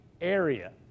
area